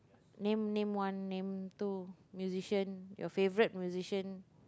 name name one name two musician your favourite musician